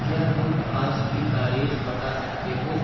کیا تم آج کی تاریخ بتا سکتے ہو